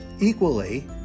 equally